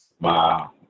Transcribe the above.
Wow